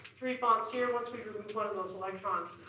three bonds here. once we remove one of those electrons,